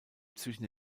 zwischen